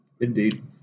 Indeed